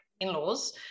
In-laws